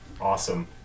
Awesome